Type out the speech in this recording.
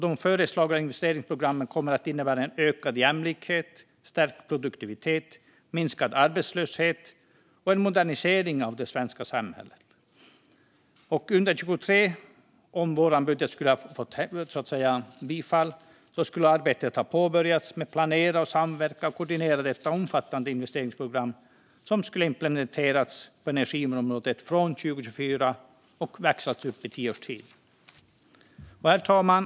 Det föreslagna investeringsprogrammet skulle innebära ökad jämlikhet, stärkt produktivitet, minskad arbetslöshet och en modernisering av det svenska samhället. Om vår budget hade vunnit bifall skulle arbetet med att planera, samverka om och koordinera detta omfattande investeringsprogram ha påbörjats under 2023, och programmet skulle ha implementerats på energiområdet från 2024 och växlats upp under tio års tid. Herr talman!